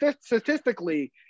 statistically